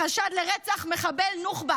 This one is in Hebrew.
בחשד לרצח מחבל נוח'בה